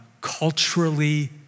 culturally